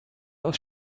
aus